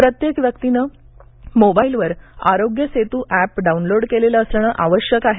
प्रत्येक व्यक्तीने मोबाईलवर आरोग्य सेतू अॅप डाऊनलोड केलेलं असणं आवश्यक आहे